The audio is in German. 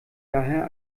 daher